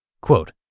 Quote